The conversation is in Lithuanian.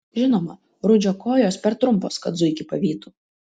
žinoma rudžio kojos per trumpos kad zuikį pavytų